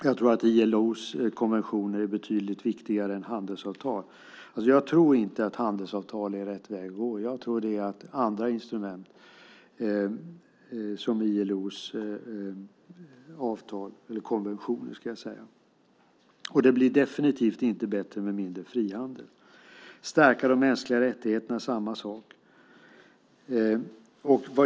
Jag tror att ILO:s konventioner är betydligt viktigare än handelsavtal. Jag tror inte att handelsavtal är rätt väg att gå. Jag tror mer på andra instrument, som ILO:s konventioner. Och det blir definitivt inte bättre med mindre frihandel. Det är samma sak när det gäller att stärka de mänskliga rättigheterna.